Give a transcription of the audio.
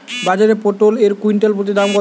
বাজারে পটল এর কুইন্টাল প্রতি দাম কত?